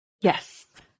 Yes